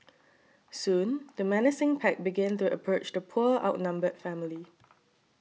soon the menacing pack began to approach the poor outnumbered family